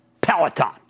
Peloton